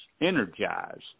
energized